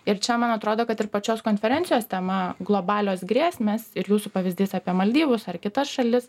ir čia man atrodo kad ir pačios konferencijos tema globalios grėsmės ir jūsų pavyzdys apie maldyvus ar kitas šalis